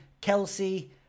Kelsey